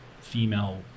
female